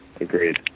Agreed